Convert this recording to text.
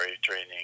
training